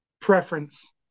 preference